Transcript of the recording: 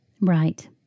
Right